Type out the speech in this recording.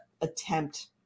attempt